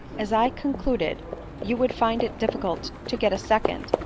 as i concluded you would find it difficult to get a second,